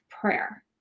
prayer